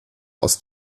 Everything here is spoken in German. aus